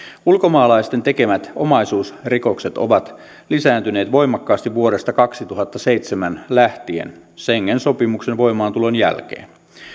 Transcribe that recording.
ulkomaalaisten tekemät omaisuusrikokset ovat lisääntyneet voimakkaasti vuodesta kaksituhattaseitsemän lähtien schengen sopimuksen voimaantulon jälkeen